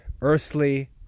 earthly